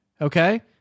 Okay